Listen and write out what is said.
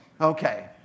Okay